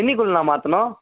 என்னிக்குள்ளண்ணா மாற்றணும்